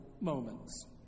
moments